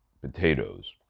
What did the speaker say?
potatoes